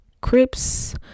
Crips